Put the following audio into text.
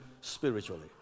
spiritually